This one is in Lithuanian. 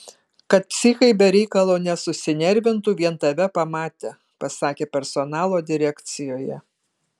kad psichai be reikalo nesusinervintų vien tave pamatę pasakė personalo direkcijoje